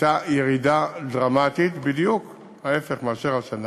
הייתה ירידה דרמטית, בדיוק ההפך מאשר השנה